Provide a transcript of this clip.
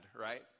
right